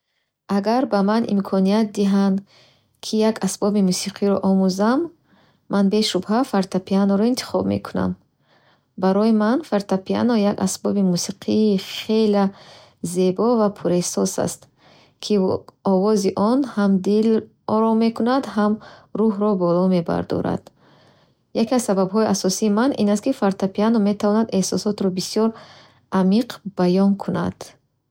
Агар ба ман имконият диҳанд, ки як асбоби мусиқиро омӯзам, ман бешубҳа фортепианоро интихоб мекунам. Барои ман, фортепиано як асбоби мусиқии хела зебо ва пурэҳсос аст, ки овози он ҳам дил ором мекунад ва ҳам рӯҳро боло мебардорад. Яке аз сабабҳои асосии ман ин аст, ки фортепиано метавонад эҳсосотро бисёр амиқ баён кунад